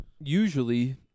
Usually